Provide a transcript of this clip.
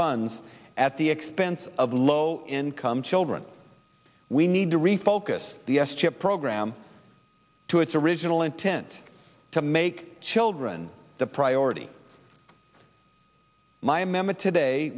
funds at the expense of low income children we need to refocus the s chip program to its original intent to make children the priority my memet today